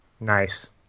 Nice